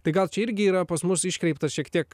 tai gal čia irgi yra pas mus iškreipta šiek tiek